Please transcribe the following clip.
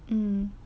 mmhmm